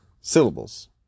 syllables